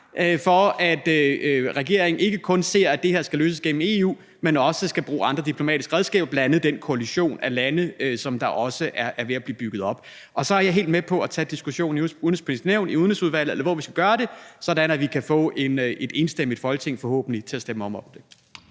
for, at regeringen ikke kun ser, at det her skal løses igennem EU, men at man også skal bruge andre diplomatiske redskaber, bl.a. den koalition af lande, der er ved at blive bygget op. Og så er jeg helt med på at tage diskussionen i Det Udenrigspolitiske Nævn, i Udenrigsudvalget, eller hvor vi skal gøre det, så vi forhåbentlig kan få et enstemmigt Folketing til at bakke op